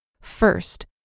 First